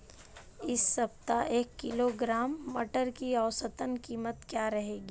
इस सप्ताह एक किलोग्राम मटर की औसतन कीमत क्या रहेगी?